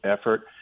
effort